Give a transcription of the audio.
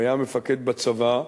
והיה מפקד בצבא,